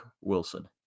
Wilson